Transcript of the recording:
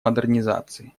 модернизации